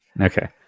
Okay